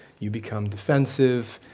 you become defensive,